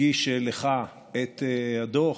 הגיש לך את הדוח,